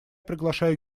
приглашаю